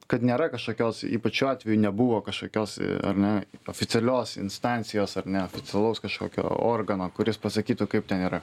kad nėra kažkokios ypač šiuo atveju nebuvo kažkokios ar ne oficialios instancijos ar neoficialaus kažkokio organo kuris pasakytų kaip ten yra